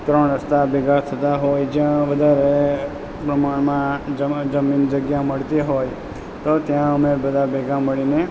ત્રણ રસ્તા ભેગા થતા હોય જ્યાં બધા રમવામાં જગ્યા મળતી હોય તો ત્યાં અમે બધા ભેગા મળીને